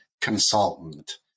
consultant